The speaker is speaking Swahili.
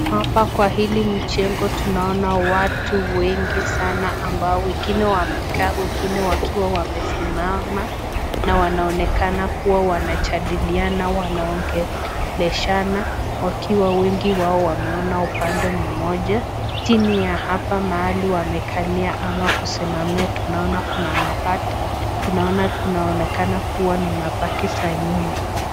Hapa kwa hili mjengo tunaona watu wengi sana ambao wengine wamekaa wengine wakiwa wamesimama na wanaonekana kuwa wanajadiliana wanaongeleshana wakiwa wengi wao wameona upande mmoja. Chini ya hapa mahali wamekalia ama kusimamia tunaona kuna mabati, tunaona kunaonekana kuwa ni mabaki za nyumba.